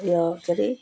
उयो के अरे